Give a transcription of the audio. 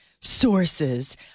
Sources